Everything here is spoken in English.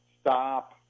Stop